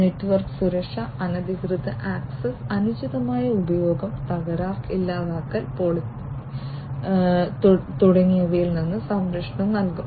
network സുരക്ഷ അനധികൃത access അനുചിതമായ ഉപയോഗം തകരാർ ഇല്ലാതാക്കൽ പൊളിക്കൽ തുടങ്ങിയവയിൽ നിന്ന് സംരക്ഷണം നൽകും